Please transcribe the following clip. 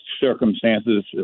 circumstances